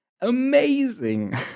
amazing